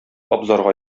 абзарга